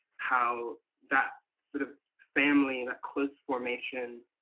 how that sort of family, and that close formation,